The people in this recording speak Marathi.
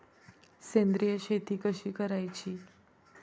सेंद्रिय शेती कशी करायची?